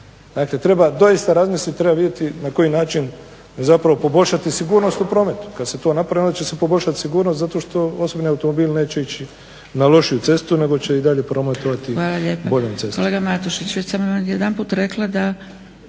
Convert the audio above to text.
Dakle, treba doista razmisliti, treba vidjeti na koji način zapravo poboljšati sigurnost u prometu. Kad se to napravi onda će se poboljšati sigurnost zato što osobni automobil neće ići na lošiju cestu, nego će i dalje prometovati boljom cestom.